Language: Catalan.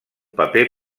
paper